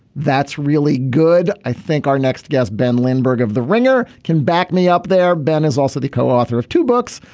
that's really good. i think our next guest ben lindbergh of the ringer can back me up there ben is also the co-author of two books.